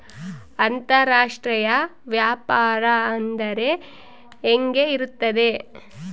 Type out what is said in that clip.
ಅಂತರಾಷ್ಟ್ರೇಯ ವ್ಯಾಪಾರ ಅಂದರೆ ಹೆಂಗೆ ಇರುತ್ತದೆ?